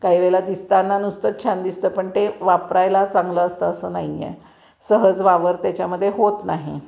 काही वेळेला दिसताना नुसतंच छान दिसतं पण ते वापरायला चांगलं असतं असं नाही आहे सहज वावर त्याच्यामध्ये होत नाही